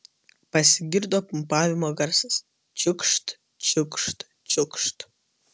pasigirdo pumpavimo garsas čiūkšt čiūkšt čiūkšt